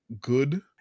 good